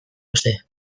uste